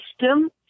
system